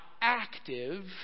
active